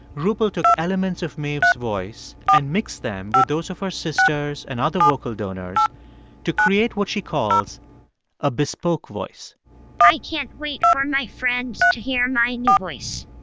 rupal took elements of maeve's voice and mixed them with those of her sisters and other vocal donors to create what she calls a bespoke voice i can't wait for my friends to hear my new voice.